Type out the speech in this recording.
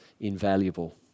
invaluable